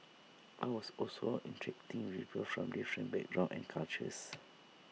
I was also interacting with people from different backgrounds and cultures